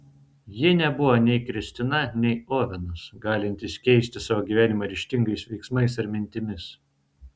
ji nebuvo nei kristina nei ovenas galintys keisti savo gyvenimą ryžtingais veiksmais ar mintimis